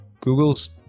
Google's